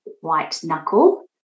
white-knuckle